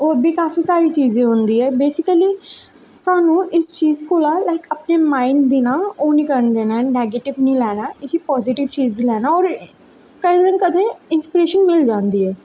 होर बी काफी सारी चीजें होंदी बेसिकली सानूं इस चीज कोला अपने माईड़ दी न ओह् निं करन देना ऐ नैगटिव निं लैना इस्सी पाजिटिव चीज गी लैना होर कदें नां कदें इंसपिरैशन मिली जंदी ऐ